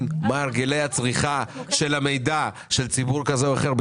מהם הרגלי הצריכה של המידע של ציבור כזה או אחר,